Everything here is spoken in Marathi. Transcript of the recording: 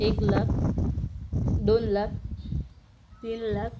एक लाख दोन लाख तीन लाख